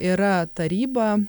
yra taryba